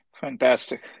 fantastic